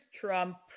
Trump